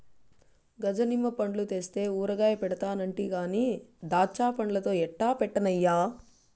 గజ నిమ్మ పండ్లు తెస్తే ఊరగాయ పెడతానంటి కానీ దాచ్చాపండ్లతో ఎట్టా పెట్టన్నయ్యా